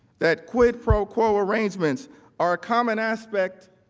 that quid pro quo arrangements are a common aspect